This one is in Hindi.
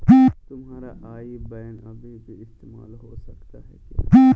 तुम्हारा आई बैन अभी भी इस्तेमाल हो सकता है क्या?